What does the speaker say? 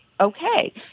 okay